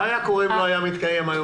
מה היה קורה אם הדיון לא היה מתקיים היום?